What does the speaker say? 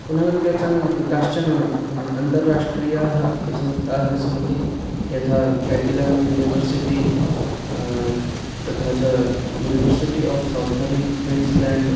पुनः केचन काश्चन अन्ताराष्ट्रियाः अपि संस्थाः सन्ति यथा केपिलानो युनिवर्सिटी तथा च युनिवर्सिटी आफ़् सौथर्न् क्वीन्स्लेण्ड्